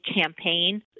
campaign